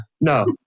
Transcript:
No